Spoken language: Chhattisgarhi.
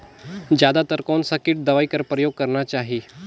जादा तर कोन स किट दवाई कर प्रयोग करना चाही?